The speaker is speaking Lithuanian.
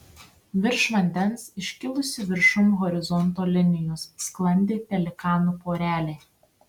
virš vandens iškilusi viršum horizonto linijos sklandė pelikanų porelė